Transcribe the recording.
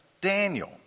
Daniel